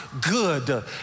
good